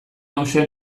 hauxe